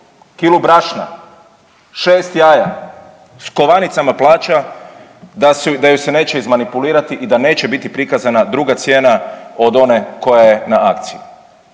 kilu brašna, šest jaja s kovanicama plaća da ju se neće izmanipulirati i da neće biti prikazana druga cijena od one koja je na akciji?